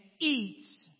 eats